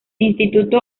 instituto